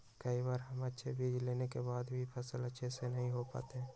कई बार हम अच्छे बीज लेने के बाद भी फसल अच्छे से नहीं हो पाते हैं?